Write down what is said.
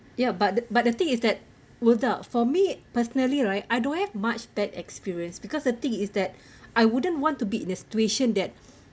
ya but but the thing is that wildah for me personally right I don't have much bad experience because the thing is that I wouldn't want to be in a situation that